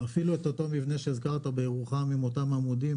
אפילו באותו מבנה שהזכרת בירוחם עם אותם עמודים,